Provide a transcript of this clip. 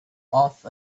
off